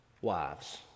wives